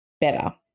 better